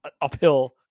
uphill